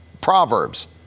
Proverbs